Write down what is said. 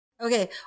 Okay